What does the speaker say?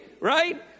Right